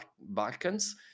Balkans